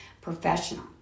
professional